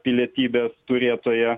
pilietybės turėtoja